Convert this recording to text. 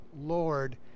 Lord